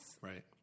Right